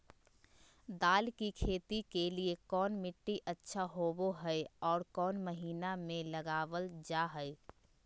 दाल की खेती के लिए कौन मिट्टी अच्छा होबो हाय और कौन महीना में लगाबल जा हाय?